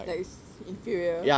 like it's inferior